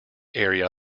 area